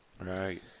Right